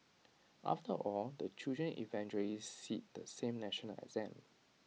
after all the children eventually sit the same national exam